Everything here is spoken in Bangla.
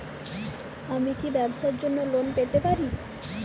আমি কি ব্যবসার জন্য লোন পেতে পারি?